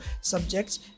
subjects